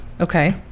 Okay